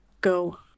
go